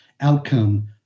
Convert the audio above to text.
outcome